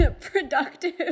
productive